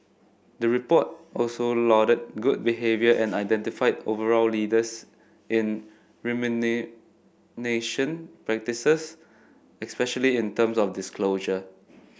the report also lauded good behaviour and identified overall leaders in remuneration practices especially in terms of disclosure